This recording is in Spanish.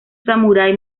samurái